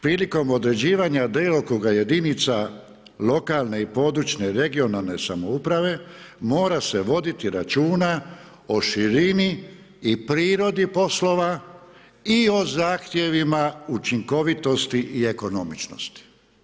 Prilikom određivanja djelokruga jedinca lokalne i područne regionalne samouprave, mora se voditi računa o širini i prirodi poslova i o zahtjevima učinkovitosti i ekonomičnosti.